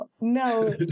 No